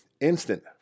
instant